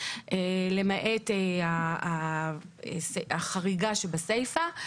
למעט החריגה שבסיפה.